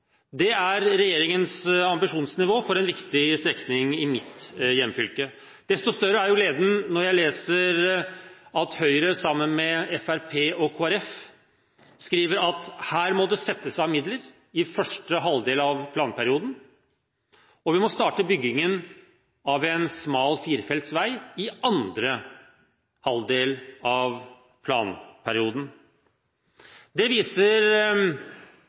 Det er regjeringens ambisjonsnivå for en viktig strekning i mitt hjemfylke. Desto større er gleden når jeg leser at Høyre sammen med Fremskrittspartiet og Kristelig Folkeparti skriver at det her må settes av midler i første halvdel av planperioden, og at vi må starte byggingen av en smal firefelts vei i andre halvdel av planperioden. Det viser